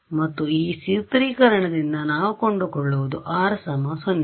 ಮತ್ತು ಈ ಸೂತ್ರೀಕರಣದಿಂದ ನಾವು ಕಂಡುಕೊಳ್ಳುವುದು ಈ R 0